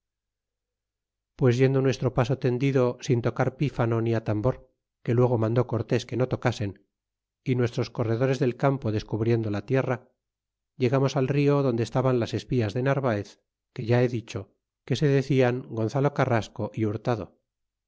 pues yendo nuestro paso tendido sin tocar pífano ni atambor que luego mandó cortés que no tocasen y nuestros corredores del campo descubriendo la tierra llegamos al rio donde estaban las espías de narvaez que ya he dicho que se decian gonzalo carrasco que